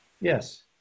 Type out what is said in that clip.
Yes